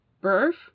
birth